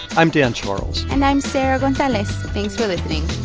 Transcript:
i'm dan charles and i'm sarah gonzalez. thanks for listening